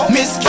Miss